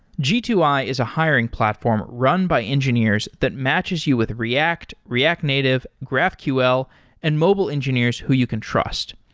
g two i is a hiring platform run by engineers that matches you with react, react native, graphql and mobile engineers who you can trust.